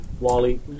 Wally